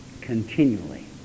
continually